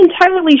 entirely